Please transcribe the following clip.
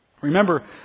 Remember